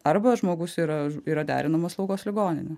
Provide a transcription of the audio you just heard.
arba žmogus yra yra derinama slaugos ligoninė